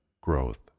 GROWTH